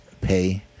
pay